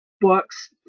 books